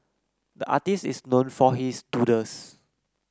the artist is known for his doodles